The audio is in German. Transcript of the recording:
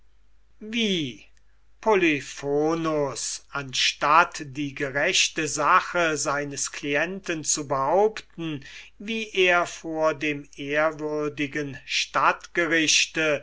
wie polyphonus anstatt die gerechte sache seines clienten zu behaupten wie er vor dem ehrwürdigen